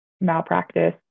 malpractice